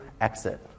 exit